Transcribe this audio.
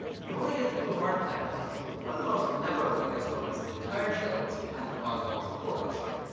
you only get to do a fart attack once. one of the most memorable guest moments in the entire show is patton oswalt's filibuster.